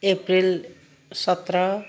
अप्रेल सत्र